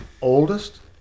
oldest